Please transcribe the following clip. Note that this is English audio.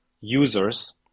users